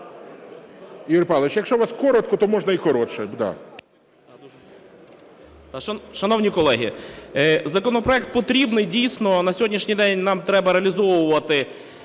Ігорю Павловичу, якщо у вас коротко, то можна і коротше.